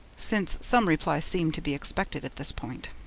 since some reply seemed to be expected at this point.